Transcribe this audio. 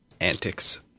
antics